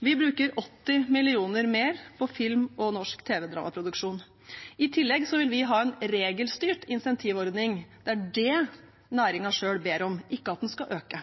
Vi bruker 80 mill. kr mer på film og norsk tv-dramaproduksjon. I tillegg vil vi ha en regelstyrt incentivordning. Det er det næringen selv ber om, ikke at den skal øke.